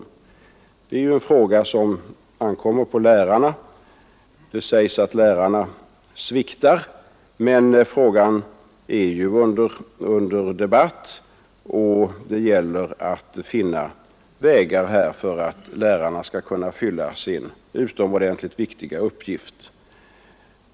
Detta är något som ankommer på lärarna. Det sägs att lärarna sviktar, men frågan är under debatt, och det gäller att finna vägar för att lärarna här skall kunna fylla sin utomordentligt viktiga uppgift.